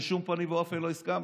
בשום פנים ואופן לא הסכמנו.